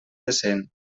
decent